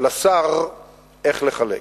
לשר איך לחלק.